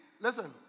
Listen